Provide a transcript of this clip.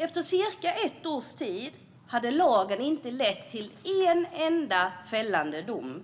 Efter cirka ett år hade lagen inte lett till en enda fällande dom